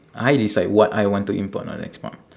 I decide what I want to import or export